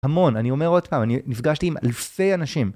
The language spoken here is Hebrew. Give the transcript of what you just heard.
המון, אני אומר עוד פעם, אני נפגשתי עם אלפי אנשים.